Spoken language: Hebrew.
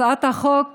הצעת החוק